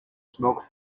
smoke